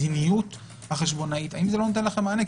והמדיניות החשבונאית - האם זה לא נותן לכם מענה?